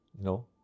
No